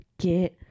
get